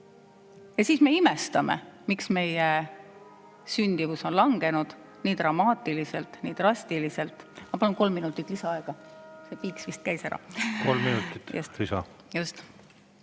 Ja siis me imestame, miks meie sündimus on langenud nii dramaatiliselt, nii drastiliselt. Ma palun kolm minutit lisaaega. Piiks vist käis ära. Kolm minutit lisa[aega].